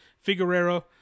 Figueroa